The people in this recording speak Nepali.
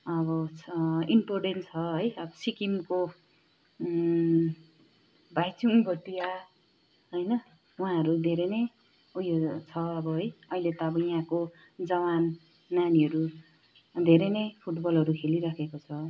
अब इन्पोटेन्ट छ है अब सिक्किमको भाइचुङ भोटिया होइन उहाँहरू धेरै नै उयो छ अब है अहिले त अब यहाँको जवान नानीहरू धेरै नै फुटबलहरू खेलिरहेको छ